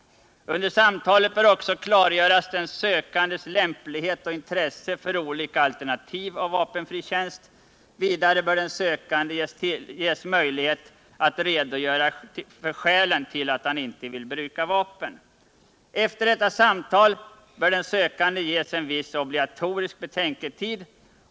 Under samtalet bör också klargöras den sökandes lämplighet och intressen för olika alternativ av vapenfri tjänst. Vidare bör den sökande ges möjlighet att redogöra för skälen till att han inte vill bruka vapen. Efter detta samtal bör den sökande ges en viss obligatorisk betänketid.